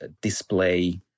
display